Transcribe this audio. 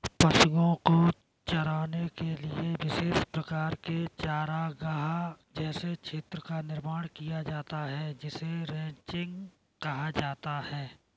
पशुओं को चराने के लिए विशेष प्रकार के चारागाह जैसे क्षेत्र का निर्माण किया जाता है जिसे रैंचिंग कहा जाता है